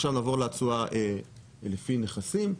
עכשיו נעבור לתשואה לפי נכסים.